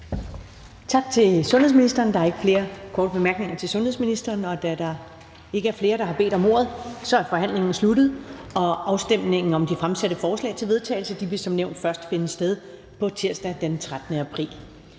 Tak til sundhedsministeren. Der er ikke flere korte bemærkninger til sundhedsministeren. Da der ikke er flere, der har bedt om ordet, er forhandlingen sluttet. Afstemning om de fremsatte forslag til vedtagelse vil som nævnt først finde sted tirsdag den 13. april